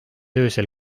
öösel